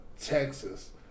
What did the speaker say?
Texas